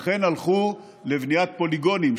לכן הלכו לבניית פוליגונים,